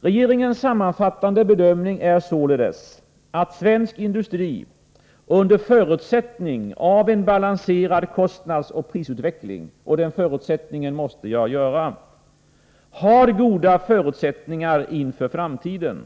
Regeringens sammanfattande bedömning är således att svensk industri, under förutsättning av en balanserad kostnadsoch prisutveckling — och den förutsättningen måste jag ange — har goda utsikter inför framtiden.